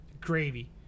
gravy